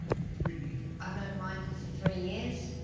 three. i've known michael for three years,